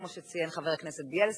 כפי שציין חבר הכנסת בילסקי.